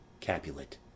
CAPULET